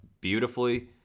beautifully